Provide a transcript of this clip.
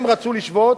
הם רצו לשבות.